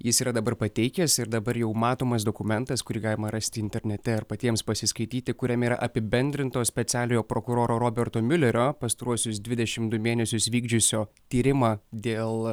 jis yra dabar pateikęs ir dabar jau matomas dokumentas kurį galima rasti internete ir patiems pasiskaityti kuriame yra apibendrintos specialiojo prokuroro roberto miulerio pastaruosius dvidešimt du mėnesius vykdžiusio tyrimą dėl